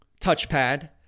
touchpad